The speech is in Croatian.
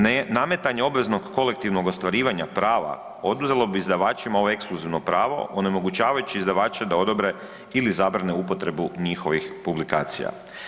Ne nametanje obveznog kolektivnog ostvarivanja prava oduzelo bi izdavačima ovo ekskluzivno pravo onemogućavajući izdavače da odobre ili zabrane upotrebu njihovih publikacija.